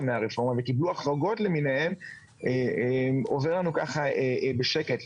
מהרפורמה וקיבלו החרגות למיניהם עובר לנו ככה בשקט.